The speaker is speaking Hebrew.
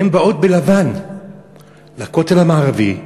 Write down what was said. הן באות בלבן לכותל המערבי,